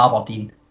Aberdeen